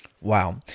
Wow